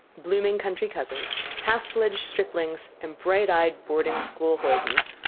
blooming country cousins, half-fledged striplings, and bright-eyed boarding-school hoydens.